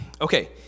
okay